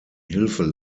hilfe